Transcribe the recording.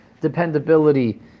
dependability